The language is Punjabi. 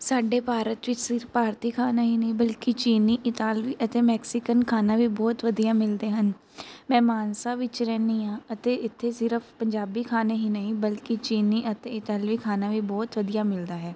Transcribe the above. ਸਾਡੇ ਭਾਰਤ ਵਿੱਚ ਸਿਰਫ਼ ਭਾਰਤੀ ਖਾਣਾ ਹੀ ਨਹੀਂ ਬਲਕਿ ਚੀਨੀ ਇਤਾਲਵੀ ਅਤੇ ਮੈਕਸੀਕਨ ਖਾਣਾ ਵੀ ਬਹੁਤ ਵਧੀਆ ਮਿਲਦੇ ਹਨ ਮੈਂ ਮਾਨਸਾ ਵਿੱਚ ਰਹਿੰਦੀ ਹਾਂ ਅਤੇ ਇੱਥੇ ਸਿਰਫ਼ ਪੰਜਾਬੀ ਖਾਣੇ ਹੀ ਨਹੀਂ ਬਲਕਿ ਚੀਨੀ ਅਤੇ ਇਟਲਵੀ ਖਾਣਾ ਵੀ ਬਹੁਤ ਵਧੀਆ ਮਿਲਦਾ ਹੈ